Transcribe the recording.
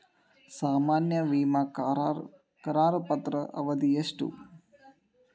ಸಾಮಾನ್ಯ ವಿಮಾ ಕರಾರು ಪತ್ರದ ಅವಧಿ ಎಷ್ಟ?